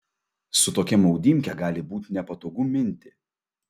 su tokia maudymke gali būt nepatogu minti